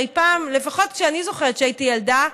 הרי פעם, לפחות כשאני הייתי ילדה,